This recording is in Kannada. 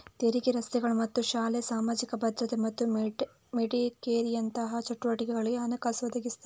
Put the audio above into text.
ತೆರಿಗೆ ರಸ್ತೆಗಳು ಮತ್ತು ಶಾಲೆ, ಸಾಮಾಜಿಕ ಭದ್ರತೆ ಮತ್ತು ಮೆಡಿಕೇರಿನಂತಹ ಚಟುವಟಿಕೆಗಳಿಗೆ ಹಣಕಾಸು ಒದಗಿಸ್ತದೆ